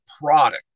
product